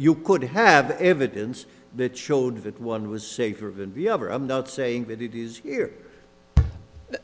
you could have evidence that showed that one was over i'm not saying that it is here